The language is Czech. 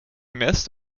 měst